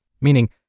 meaning